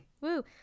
Woo